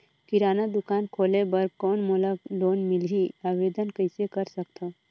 किराना दुकान खोले बर कौन मोला लोन मिलही? आवेदन कइसे कर सकथव?